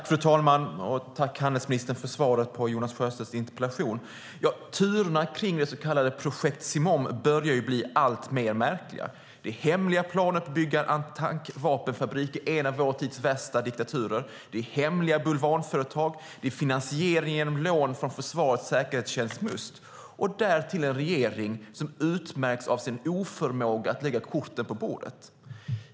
Fru talman! Tack, handelsministern, för svaret på Jonas Sjöstedts interpellation! Turerna kring det så kallade projekt Simoom börjar bli alltmer märkliga. Det är hemliga planer på att bygga en vapenfabrik i en av vår tids värsta diktaturer, det är hemliga bulvanföretag, det är finansiering genom lån från försvarets säkerhetstjänst Must och därtill en regering som utmärks för sin oförmåga att lägga korten på bordet.